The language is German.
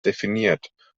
definiert